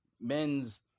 men's